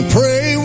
pray